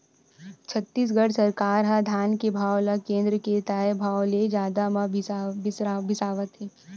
छत्तीसगढ़ सरकार ह धान के भाव ल केन्द्र के तय भाव ले जादा म बिसावत हे